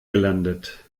gelandet